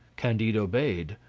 candide obeyed,